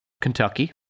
Kentucky